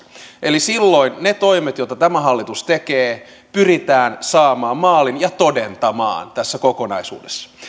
eli silloin ne toimet joita tämä hallitus tekee pyritään saamaan maaliin ja todentamaan tässä kokonaisuudessa